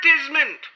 advertisement